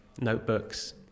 notebooks